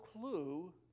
clue